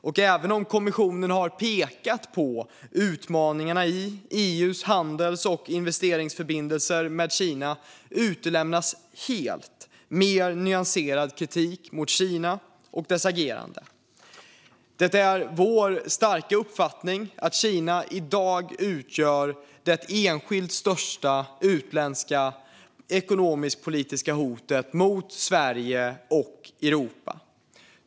Och även om kommissionen har pekat på utmaningarna i EU:s handels och investeringsförbindelser med Kina utelämnas helt mer nyanserad kritik mot Kina och dess agerande. Det är vår uppfattning att Kina i dag utgör det enskilt största utländska ekonomisk-politiska hotet mot Sverige och Europa.